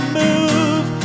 move